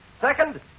Second